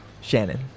Shannon